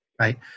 right